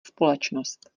společnost